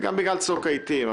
וגם בגלל צוק העיתים.